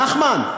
נחמן?